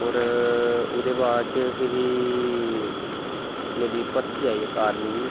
और ओह्दे बाद च फिरी मेरी भर्थी आई इक आर्मी दी